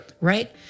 right